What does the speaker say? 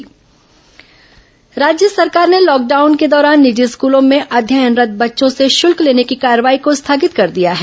corona निजी school fees राज्य सरकार ने लॉकडाउन के दौरान निजी स्कूलों में अध्ययनरत् बच्चों से शुल्क लेने की कार्रवाई को स्थगित कर दिया है